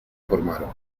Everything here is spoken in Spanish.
formaron